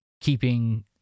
keeping